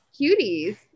cuties